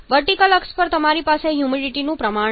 vertical અક્ષ પર તમારી પાસે હ્યુમિડિટીનું પ્રમાણ છે